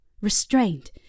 restrained